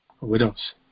widows